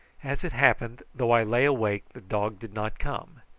as it happened, though i lay awake the dog did not come,